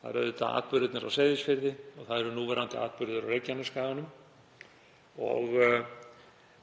Það eru auðvitað atburðirnir á Seyðisfirði og núverandi atburður á Reykjanesskaganum.